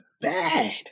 bad